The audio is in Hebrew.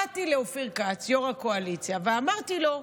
באתי לאופיר כץ, יושב-ראש הקואליציה, ואמרתי לו: